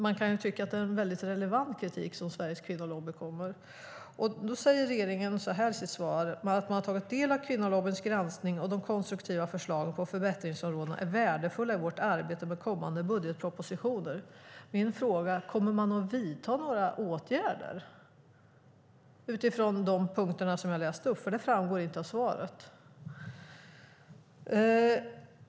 Man kan tycka att det är en mycket relevant kritik som Sveriges Kvinnolobby kommer med. I sitt svar säger regeringen att man har tagit del av kvinnolobbyns granskning och att de konstruktiva förslagen på förbättringsområden är värdefulla i arbetet med kommande budgetpropositioner. Min fråga är: Kommer man att vidta några åtgärder utifrån de punkter som jag läste upp? Det framgår inte av svaret.